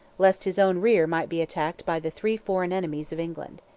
lest his own rear might be attacked by the three foreign enemies of england.